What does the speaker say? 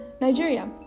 nigeria